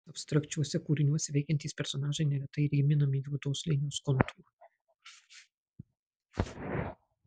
abstrakčiuose kūriniuose veikiantys personažai neretai įrėminami juodos linijos kontūru